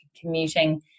commuting